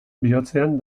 bihotzean